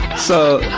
so,